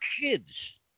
kids